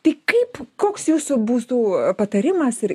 tai kaip koks jūsų būtų patarimas ir